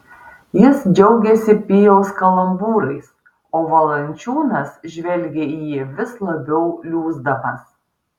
jis džiaugėsi pijaus kalambūrais o valančiūnas žvelgė į jį vis labiau liūsdamas